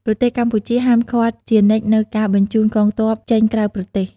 ប្រទេសកម្ពុជា ហាមឃាត់ជានិច្ចនូវការបញ្ជូនកងទ័ពចេញក្រៅប្រទេស។